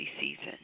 season